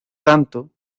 tanto